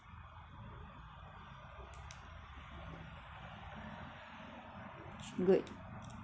good